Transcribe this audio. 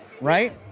right